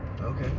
Okay